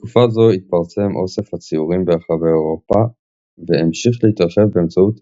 בתקופה זו התפרסם אוסף הציורים ברחבי אירופה והמשיך להתרחב באמצעות